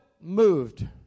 moved